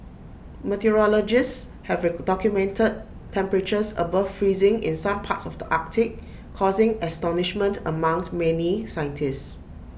meteorologists have documented temperatures above freezing in some parts of the Arctic causing astonishment among many scientists